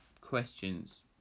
questions